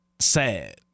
sad